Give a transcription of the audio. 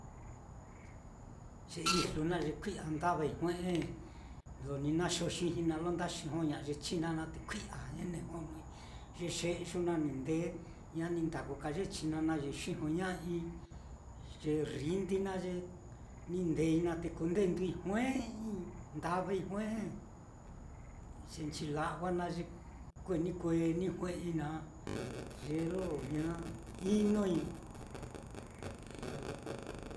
ye ijlu naá ye kui'ya ndavai jue'e lo ni naxoxijii naá, lo nda xijoña'a ye china naá, te kui'ya onoi, ye xe'yu naá ni ndee ña ni ndaku ka ye china naá ye xijoña'ai, ye rrindi naá ye ni ndeei naá te kundeenduui jue'ei ndavai jue'e, ye nchila'wa naá ye kueni kueni jue'ei naá, ye lo ña inoi.